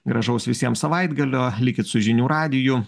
gražaus visiems savaitgalio likit su žinių radiju